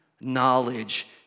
knowledge